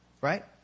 right